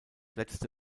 letzte